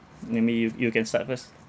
maybe you you can start first